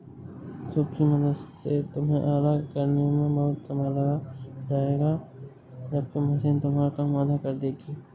soup की मदद से तुम्हें अलग करने में बहुत समय लग जाएगा जबकि मशीन तुम्हारा काम आधा कर देगी